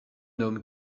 homme